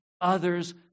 others